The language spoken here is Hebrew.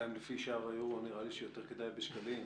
בינתיים לפי שער האירו נראה לי שאולי עדיף בשקלים.